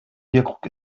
bierkrug